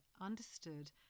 understood